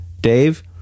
Dave